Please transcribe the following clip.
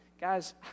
Guys